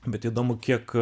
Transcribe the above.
bet įdomu kiek